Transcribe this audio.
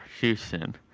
Houston